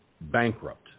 bankrupt